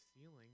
ceiling